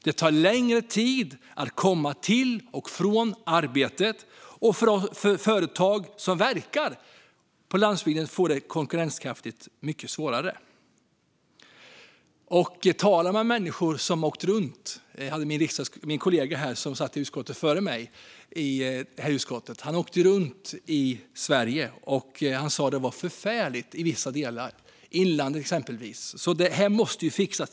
Det tar längre tid att komma till och från arbetet, och företag som verkar på landsbygden förlorar mycket i konkurrenskraft. Jag har talat med människor som har åkt runt. Min kollega som satt i utskottet före mig har åkt runt i Sverige, och han säger att det är förfärligt i vissa delar, exempelvis i inlandet. Det här måste fixas.